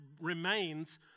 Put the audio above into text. remains